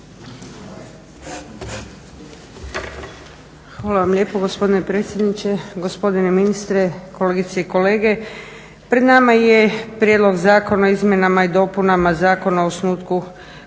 Hvala vam lijepo gospodine predsjedniče. Gospodine ministre, kolegice i kolege. Pred nama je Prijedlog zakona o izmjenama i dopunama Zakona o osnutku Hrvatske